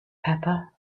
pepper